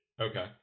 Okay